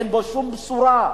אין בו שום בשורה.